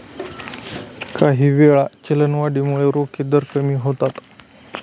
काहीवेळा, चलनवाढीमुळे रोखे दर कमी होतात